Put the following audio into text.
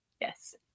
yes